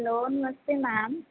hello namaste ma'am